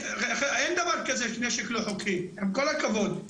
אין דבר כזה נשק לא חוקי, עם כל הכבוד.